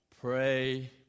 Pray